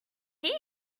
thing